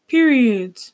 Period